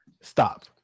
Stop